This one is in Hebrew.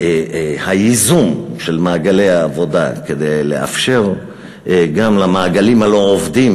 ייזום מעגלי עבודה כדי לאפשר גם למעגלים הלא-עובדים,